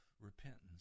repentance